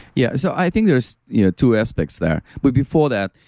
yeah, so i think there is you know two aspects there, but before that,